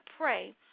pray